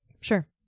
sure